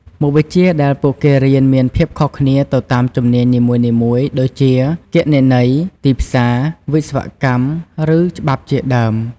មុខវិជ្ជាដែលពួកគេរៀនមានភាពខុសគ្នាទៅតាមជំនាញនីមួយៗដូចជា គណនេយ្យ ទីផ្សារ វិស្វកម្ម ឬច្បាប់ជាដើម។